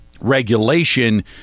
regulation